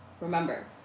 remember